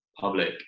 public